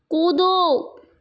कूदो